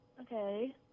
Okay